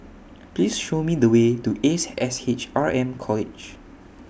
Please Show Me The Way to Ace S H R M College